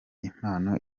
impano